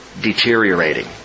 deteriorating